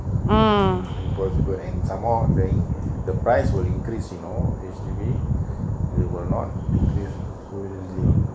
mm impossible in some more then the price will increase you know H_D_B they will not decrease sweesli~ [one]